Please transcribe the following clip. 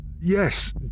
yes